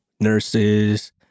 nurses